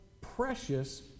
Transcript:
precious